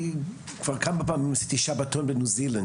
כבר כמה פעמים עשיתי שבתון בניו זילנד,